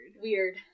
weird